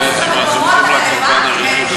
אנחנו רוצים הורדת מס במקומות הרלוונטיים,